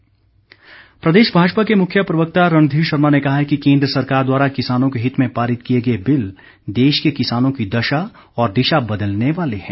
रणधीर शर्मा प्रदेश भाजपा के मुख्य प्रवक्ता रणधीर शर्मा ने कहा है कि केन्द्र सरकार द्वारा किसानों के हित में पारित किए गए बिल देश के किसानों की दशा और दिशा बदलने वाले हैं